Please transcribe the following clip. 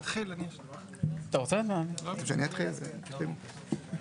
יאללה,